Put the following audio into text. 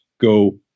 go